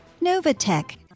Novatech